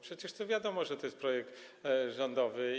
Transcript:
Przecież wiadomo, że to jest projekt rządowy.